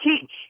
teach